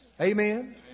Amen